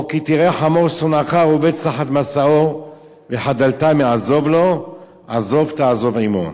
או "כי תראה חמור שֹנאך רֹבץ תחת משאו וחדלת מעזֹב לו עזֹב תעזֹב עמו".